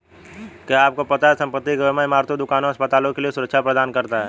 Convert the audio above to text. क्या आपको पता है संपत्ति का बीमा इमारतों, दुकानों, अस्पतालों के लिए सुरक्षा प्रदान करता है?